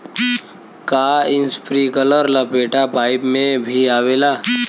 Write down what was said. का इस्प्रिंकलर लपेटा पाइप में भी आवेला?